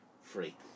free